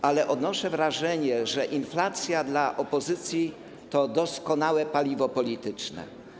Natomiast odnoszę wrażenie, że inflacja dla opozycji to doskonałe paliwo polityczne.